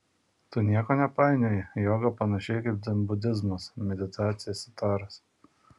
tu nieko nepainioji joga panašiai kaip dzenbudizmas meditacija sitaras